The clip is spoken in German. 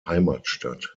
heimatstadt